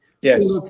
Yes